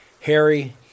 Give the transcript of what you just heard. Harry